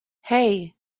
hey